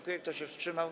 Kto się wstrzymał?